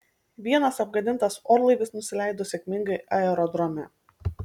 vienas apgadintas orlaivis nusileido sėkmingai aerodrome